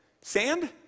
Sand